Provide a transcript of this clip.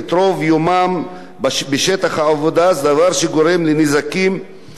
דבר שגורם לנזקים לבריאותם ולפגיעות בחינוך,